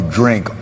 drink